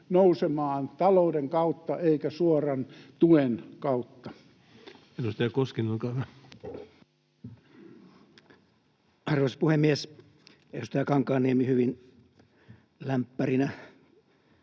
nousemaan talouden eikä suoran tuen kautta. Edustaja Koskinen, olkaa hyvä. Arvoisa puhemies! Edustaja Kankaanniemi hyvin lämppärinä